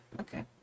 Okay